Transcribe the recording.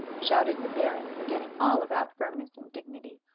shouted the baron, forgetting all about firmness and dignity.